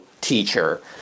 teacher